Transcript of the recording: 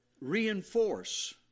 reinforce